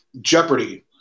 Jeopardy